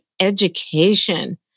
education